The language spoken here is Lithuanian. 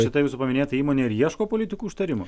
šita jūsų paminėta įmonė ir ieško politikų užtarimo